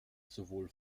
sowohl